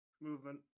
Movement